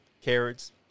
carrots